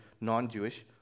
non-Jewish